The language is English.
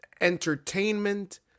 entertainment